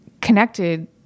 connected